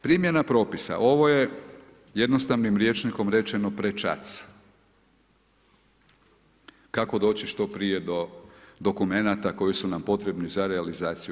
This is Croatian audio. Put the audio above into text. Primjena propisa, ovo je jednostavnim rječnikom rečeno prečac, kako doći što prije do dokumenata koji su nam potrebni za realizaciju